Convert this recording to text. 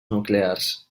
nuclears